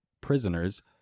prisoners